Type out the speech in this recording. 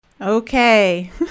Okay